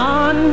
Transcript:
on